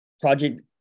project